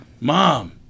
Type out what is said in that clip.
mom